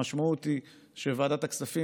המשמעות היא שוועדת הכספים,